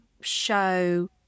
show